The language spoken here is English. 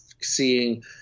seeing